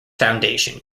foundation